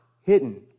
hidden